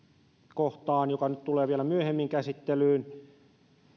kohtaan joka tulee vielä myöhemmin käsittelyyn